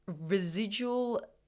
residual